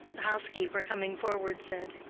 the housekeeper, coming forward, said,